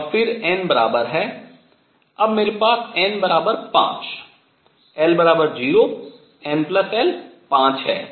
और फिर n बराबर है अब मेरे पास n 5 l 0 n l 5 है